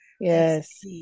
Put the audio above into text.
Yes